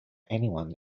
anyone